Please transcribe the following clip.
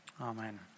Amen